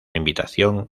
invitación